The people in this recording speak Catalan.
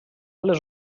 les